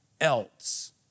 else